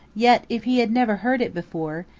yet, if he had never heard it before,